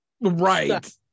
right